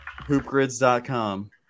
Hoopgrids.com